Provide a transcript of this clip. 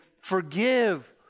forgive